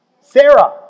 Sarah